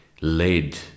led